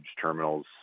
terminals